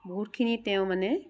বহুতখিনি তেওঁ মানে